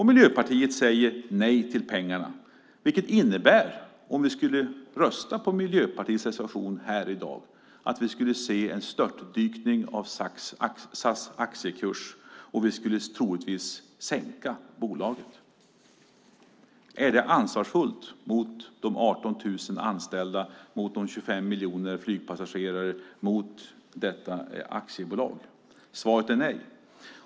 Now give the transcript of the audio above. Miljöpartiet säger nej till pengarna, vilket innebär, om vi skulle rösta på Miljöpartiets reservation här i dag att vi skulle se en störtdykning av SAS aktiekurs, och troligtvis skulle vi sänka bolaget. Är det ansvarsfullt mot de 18 000 anställda, mot de 25 miljoner flygpassagerarna och mot detta aktiebolag? Svaret är nej.